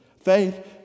Faith